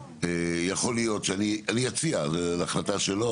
יכול להיות שאני אציע זה החלטה שלו,